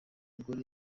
mugore